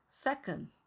second